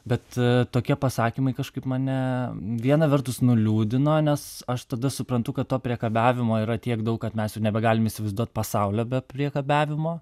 bet tokie pasakymai kažkaip mane viena vertus nuliūdino nes aš tada suprantu kad to priekabiavimo yra tiek daug kad mes jau nebegalim įsivaizduot pasaulio be priekabiavimo